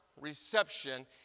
reception